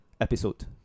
episode